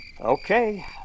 Okay